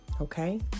Okay